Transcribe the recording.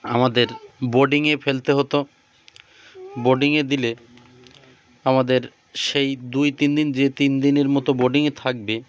আমাদের বোর্ডিংয়ে ফেলতে হতো বোর্ডিংয়ে দিলে আমাদের সেই দুই তিন দিন যে তিন দিনের মতো বোর্ডিংয়ে থাকবে